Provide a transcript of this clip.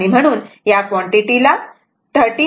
म्हणून या क्वांटिटीला 13